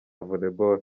volleyball